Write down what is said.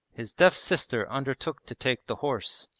his deaf sister undertook to take the horse,